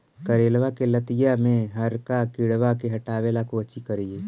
करेलबा के लतिया में हरका किड़बा के हटाबेला कोची करिए?